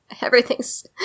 everything's